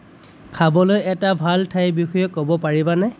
খাবলৈ এটা ভাল ঠাইৰ বিষয়ে ক'ব পাৰিবানে